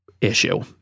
issue